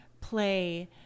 play